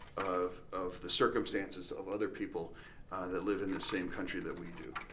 of of the circumstances of other people that live in the same country that we do.